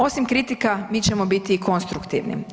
Osim kritika, mi ćemo biti i konstruktivni.